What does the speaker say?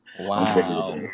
Wow